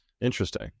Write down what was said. Interesting